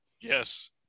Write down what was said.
Yes